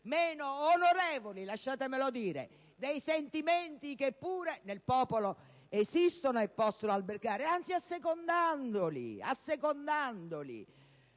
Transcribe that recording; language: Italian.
meno onorevoli - lasciatemelo dire - dei sentimenti che pure nel popolo esistono e possono albergare, e che anzi vengono assecondati.